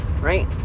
right